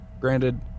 Granted